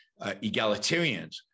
egalitarians